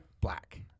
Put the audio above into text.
black